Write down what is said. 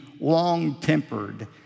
long-tempered